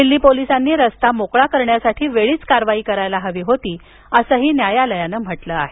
दिल्ली पोलिसांनी रस्ता मोकळा करण्यासाठी वेळीच कारवाई करायला हवी होती असं न्यायालयानं म्हटलं आहे